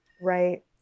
Right